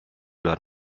luar